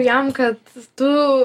jam kad tu